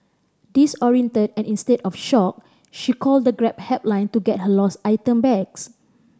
disoriented and in state of shock she called the Grab helpline to get her lost item backs